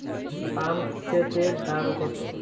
পাম্পসেটের দাম কত?